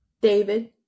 David